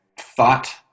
thought